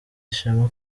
ishema